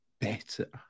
better